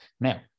Now